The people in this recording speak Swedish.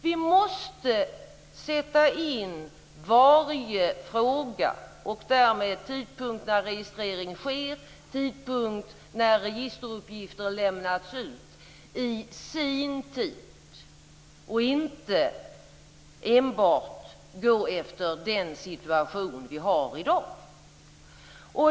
Vi måste sätta in varje fråga, och därmed tidpunkten när registrering sker och när registeruppgifter lämnas ut, i sin tid och inte enbart utgå från den situation som vi har i dag.